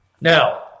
Now